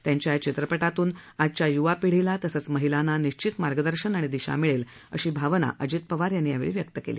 त्यांच्या या चित्रपटातून आजच्या युवा पिढीला महिलांना निश्चित मार्गदर्शन आणि दिशा मिळेल अशी भावना उपमुख्यमंत्री अजित पवार यांनी यावेळी व्यक्त केली